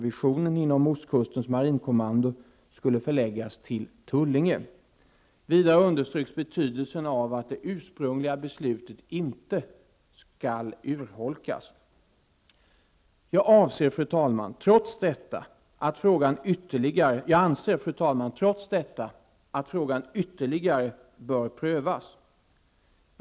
Vidare underströks betydelsen av att det ursprungliga beslutet inte skall urholkas. Jag anser, fru talman, trots detta att frågan ytterligare bör prövas.